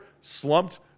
Slumped